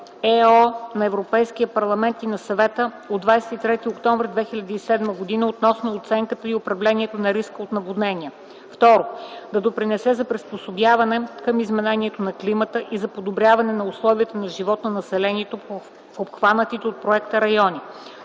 на Европейския парламент и на Съвета от 23 октомври 2007 г. относно оценката и управлението на риска от наводнение; 2. Да допринесе за приспособяване към изменението на климата и за подобряване условията на живот на населението в обхванатите от проекта райони;